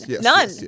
None